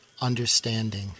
understanding